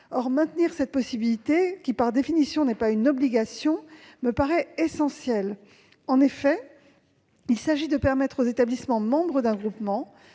Or maintenir cette possibilité, qui par définition n'est pas une obligation, me paraît essentiel. Il s'agit en effet de permettre aux établissements membres d'un groupement,